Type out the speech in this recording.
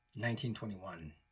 1921